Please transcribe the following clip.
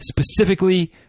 specifically